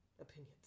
opinions